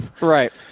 Right